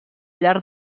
llarg